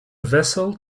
vessel